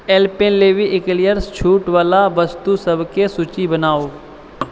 Alpenliebe eclairs छूटवला वस्तुसभके सूची बनाउ